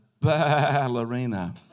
ballerina